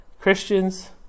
Christians